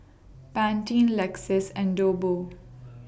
Pantene Lexus and